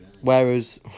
Whereas